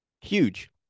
Huge